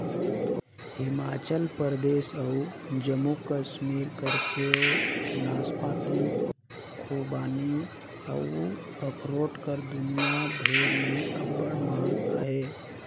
हिमाचल परदेस अउ जम्मू कस्मीर कर सेव, नासपाती, खूबानी अउ अखरोट कर दुनियां भेर में अब्बड़ मांग अहे